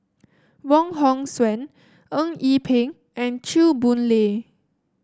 Wong Hong Suen Eng Yee Peng and Chew Boon Lay